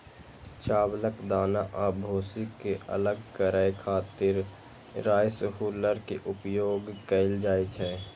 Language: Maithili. चावलक दाना आ भूसी कें अलग करै खातिर राइस हुल्लर के उपयोग कैल जाइ छै